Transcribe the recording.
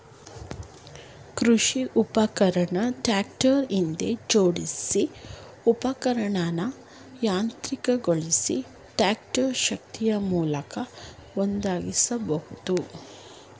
ಕೃಷಿ ಉಪಕರಣ ಟ್ರಾಕ್ಟರ್ ಹಿಂದೆ ಜೋಡ್ಸಿ ಉಪಕರಣನ ಯಾಂತ್ರಿಕಗೊಳಿಸಿ ಟ್ರಾಕ್ಟರ್ ಶಕ್ತಿಯಮೂಲ ಒದಗಿಸ್ಬೋದು